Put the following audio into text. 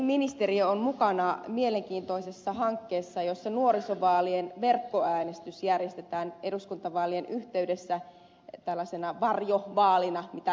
oikeusministeriö on mukana mielenkiintoisessa hankkeessa jossa nuorisovaalien verkkoäänestys järjestetään eduskuntavaalien yhteydessä mitä ilmeisimmin tällaisena varjovaalina